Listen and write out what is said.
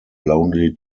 lonely